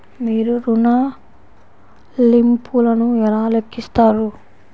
మీరు ఋణ ల్లింపులను ఎలా లెక్కిస్తారు?